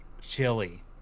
Chili